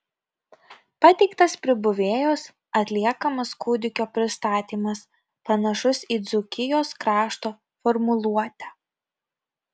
pateiktas pribuvėjos atliekamas kūdikio pristatymas panašus į dzūkijos krašto formuluotę